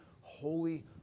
Holy